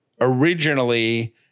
originally